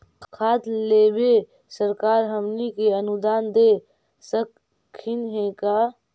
खाद लेबे सरकार हमनी के अनुदान दे सकखिन हे का?